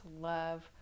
love